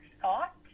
thought